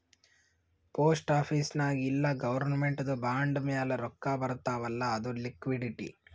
post office ನಾಗ್ ಇಲ್ಲ ಗೌರ್ಮೆಂಟ್ದು ಬಾಂಡ್ ಮ್ಯಾಲ ರೊಕ್ಕಾ ಬರ್ತಾವ್ ಅಲ್ಲ ಅದು ಲಿಕ್ವಿಡಿಟಿ